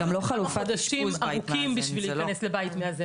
חודשים ארוכים בשביל להיכנס לבית מאזן.